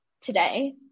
today